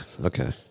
Okay